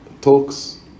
talks